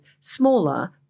smaller